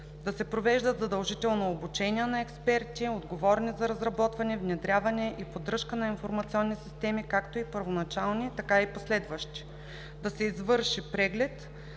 да се провеждат задължително обучения на експерти, отговорни за разработване, внедряване и поддръжка на информационни системи както първоначални, така и последяващи; да се извърши преглед